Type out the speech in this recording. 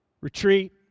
Retreat